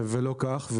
ולא כך.